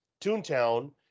Toontown